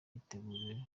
yateguriwe